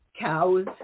cows